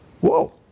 Whoa